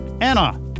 Anna